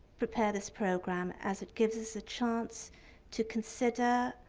prepare this program as it gives us a chance to consider